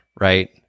right